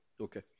Okay